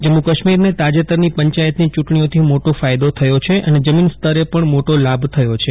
જમ્મુ કાશ્મીરને તાજેતરની પંચાયતની ચૂંટણીઓથી મોટો ફાયદો થયો છે અને જમીન સ્તરે પણ મોટો લાભ થયો છે